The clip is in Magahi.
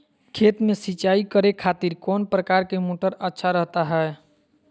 खेत में सिंचाई करे खातिर कौन प्रकार के मोटर अच्छा रहता हय?